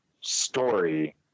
story